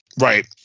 Right